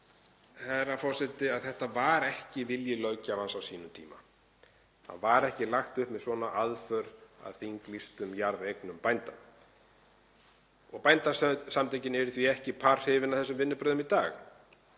herra forseti, að þetta var ekki vilji löggjafans á sínum tíma. Það var ekki lagt upp með svona aðför að þinglýstum jarðeignum bænda. Bændasamtökin eru því ekki par hrifin af þessum vinnubrögðum